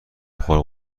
بخار